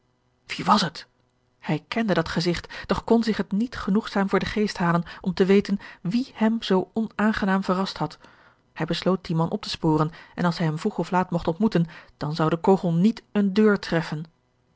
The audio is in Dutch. wie was het hij kende dat gezigt doch kon zich het niet gegeorge een ongeluksvogel noegzaam voor den geest halen om te weten wie hem zoo onaangenaam verrast had hij besloot dien man op te sporen en als hij hem vroeg of laat mogt ontmoeten dan zou de kogel niet eene deur treffen